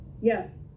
Yes